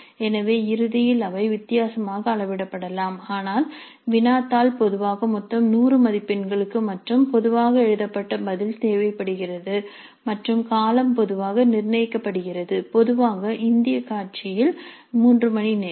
எனவே இறுதியில் அவை வித்தியாசமாக அளவிடப்படலாம் ஆனால் வினாத்தாள் பொதுவாக மொத்தம் 100 மதிப்பெண்களுக்கு மற்றும் பொதுவாக எழுதப்பட்ட பதில் தேவைப்படுகிறது மற்றும் காலம் பொதுவாக நிர்ணயிக்கப்படுகிறது பொதுவாக இந்திய காட்சியில் 3 மணி நேரம்